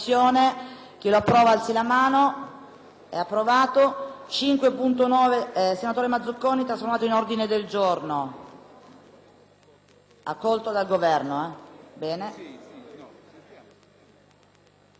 accolto dal Governo, non